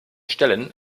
stellen